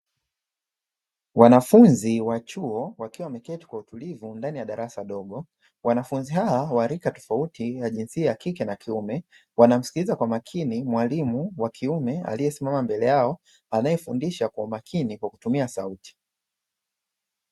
Wanafunzi wa chuo wakiwa wameketi kwa utulivu ndani ya darasa dogo. Wanafunzi hawa wa rika tofauti wa jinsia ya kike na kiume wanamsikiliza kwa makini mwalimu wakiume aliyesimama mbele yao anayefundisha kwa umakini kwa kutumia sauti.